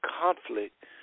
conflict